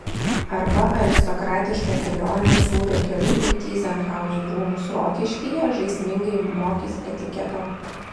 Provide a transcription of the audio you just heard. arba aristokratiška kelionė sūrio keliu į tyzenhauzų rūmus rokiškyje žaismingai mokys etiketo